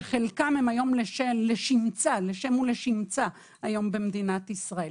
שחלקם היום לשם ולשמצה במדינת ישראל.